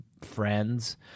friends